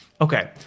Okay